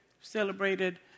celebrated